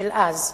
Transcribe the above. של אז,